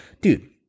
dude